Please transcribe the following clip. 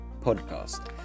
podcast